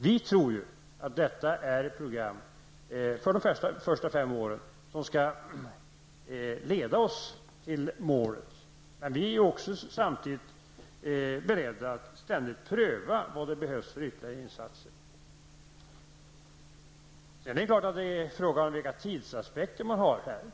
Regeringen anser att detta program för det första fem åren skall leda oss till målet. Men vi är samtidigt beredda att ständigt pröva vilka ytterligare insatser som behövs. Sedan är det självfallet fråga om vilken tidsaspekt man har.